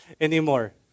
anymore